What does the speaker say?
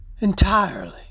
entirely